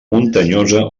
muntanyosa